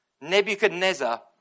Nebuchadnezzar